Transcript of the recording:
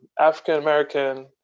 African-American